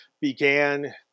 began